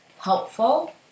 helpful